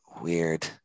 weird